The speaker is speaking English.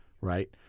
right